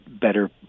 better